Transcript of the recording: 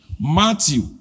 Matthew